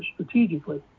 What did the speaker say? strategically